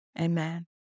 amen